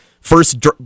first